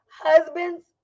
Husbands